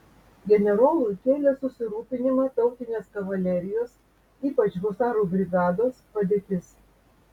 generolui kėlė susirūpinimą tautinės kavalerijos ypač husarų brigados padėtis